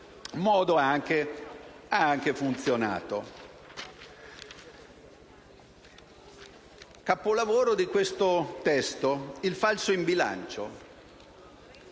modo, ha anche funzionato. Ma il capolavoro di questo testo è il falso in bilancio.